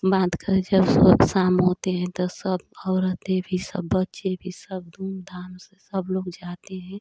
बाँध कर कर जब सब शाम होते हैं तो औरतें भी सब बच्चे भी सब धूम धाम से सब लोग जाते हैं